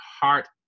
heart